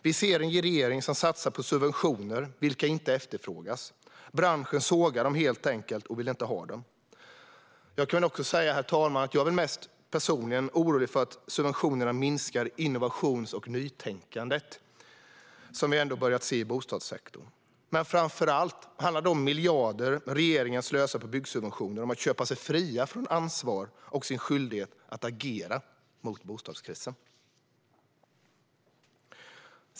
Vi ser en regering som satsar på subventioner, vilka inte efterfrågas. Branschen sågar dem, helt enkelt, och vill inte ha dem. Jag är personligen mest orolig för att subventionerna minskar det innovations och nytänkande som vi ändå har börjat se i bostadssektorn. Framför allt handlar de miljarder regeringen slösar på byggsubventioner om att köpa sig fri från ansvar och sin skyldighet att agera mot bostadskrisen.